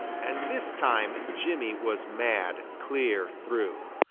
and this time jimmy was mad clear through,